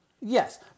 Yes